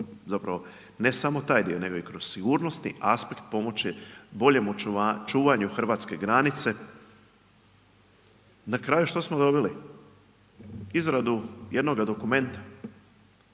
zapravo, ne samo taj dio nego i kroz sigurnosni aspekt pomoći boljem, čuvanju hrvatske granice. Na kraju, što smo dobili? Izradu jednoga dokumenta,